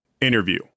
Interview